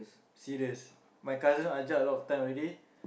serious my cousin ajak a lot of time already